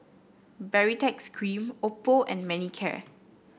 Baritex Cream Oppo and Manicare